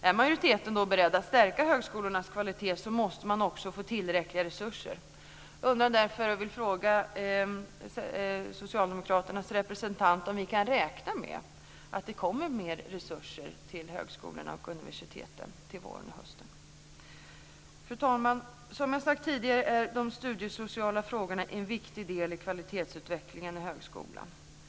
Är majoriteten beredd att stärka högskolornas kvalitet måste de också få tillräckliga resurser. Jag vill därför fråga socialdemokraternas representant om vi kan räkna med att det kommer mer resurser till högskolorna och universiteten till våren och hösten? Fru talman! Som jag sagt tidigare är de studiesociala frågorna en viktig del i kvalitetsutvecklingen i högskolan.